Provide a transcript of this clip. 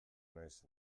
naiz